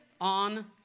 on